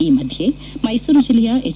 ಈ ಮಧ್ಯೆ ಮೈಸೂರು ಜಿಲ್ಲೆಯ ಎಚ್